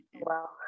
Wow